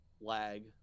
lag